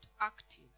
active